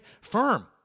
firm